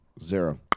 Zero